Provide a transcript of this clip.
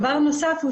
דבר נוסף.